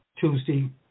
Tuesday